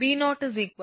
11 kV 150